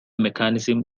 mechanism